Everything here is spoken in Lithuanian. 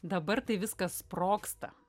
dabar tai viskas sprogsta